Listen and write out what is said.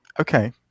Okay